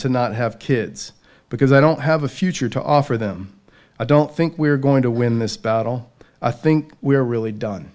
to not have kids because i don't have a future to offer them i don't think we're going to win this battle i think we're really done